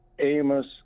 amos